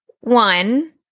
One